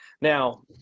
Now